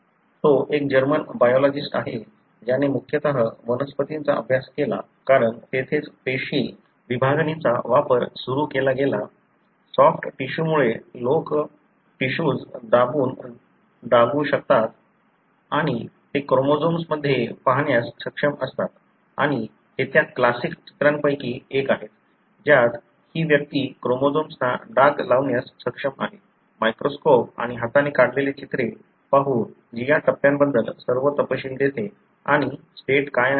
तो एक German biologist आहे ज्याने मुख्यतः वनस्पतींचा अभ्यास केला कारण तेथेच पेशी विभागणीचा वापर सुरु केला गेला सॉफ्ट टिशूमुळे लोक टिशूज दाबून दागू शकतात आणि ते क्रोमोझोम्सत पाहण्यास सक्षम असतात आणि हे त्या क्लासिक चित्रांपैकी एक आहेत ज्यात ही व्यक्ती क्रोमोझोम्सना डाग लावण्यास सक्षम आहे मायक्रोस्कोप आणि हाताने काढलेली चित्रे पाहू जी या टप्प्याबद्दल सर्व तपशील देते आणि स्टेट काय आहे